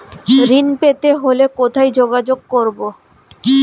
ঋণ পেতে হলে কোথায় যোগাযোগ করব?